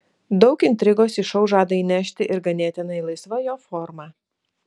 daug intrigos į šou žada įnešti ir ganėtinai laisva jo forma